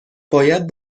باید